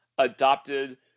adopted